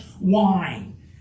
wine